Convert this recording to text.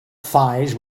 thighs